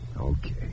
Okay